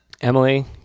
Emily